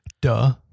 Duh